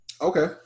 Okay